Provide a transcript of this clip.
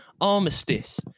armistice